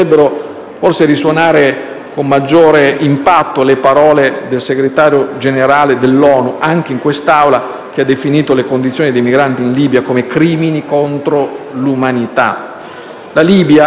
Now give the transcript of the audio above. forse risuonare con maggiore impatto le parole del Segretario Generale dell'ONU anche in quest'Aula, il quale ha definito le condizioni dei migranti in Libia come crimini contro l'umanità.